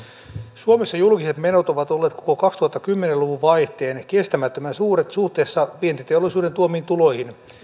suomessa julkiset menot ovat olleet koko kaksituhattakymmenen luvun vaihteen kestämättömän suuret suhteessa vientiteollisuuden tuomiin tuloihin